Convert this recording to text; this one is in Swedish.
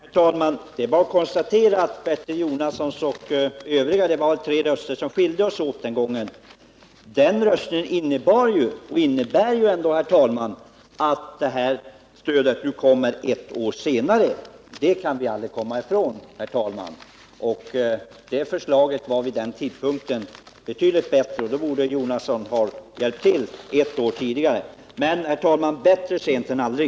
Herr talman! Det är bara att konstatera att Bertil Jonassons och de övrigas röstning — det var bara tre röster som skilde oss åt den gången — innebar att stödet kom ett år senare. Det kan vi aldrig komma ifrån. Förslaget vid den tidpunkten var betydligt bättre, och därför borde herr Jonasson ha hjälpt till ett år tidigare. Men, herr talman, bättre sent än aldrig.